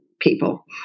people